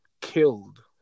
killed